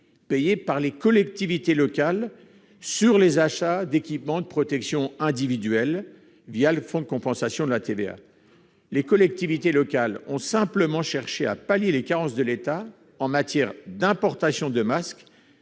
payée par les collectivités locales sur les achats d'équipements de protection individuelle le fonds de compensation de la TVA. Les collectivités locales ont simplement cherché à pallier les carences de l'État en matière d'importation de masques.